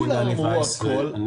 אני